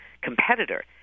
competitor